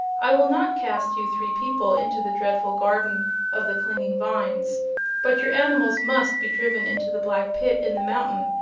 i will not cast you three people into the dreadful garden of the clinging vines but your animals must be driven into the black pit in the mountain,